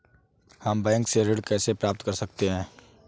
हम बैंक से ऋण कैसे प्राप्त कर सकते हैं?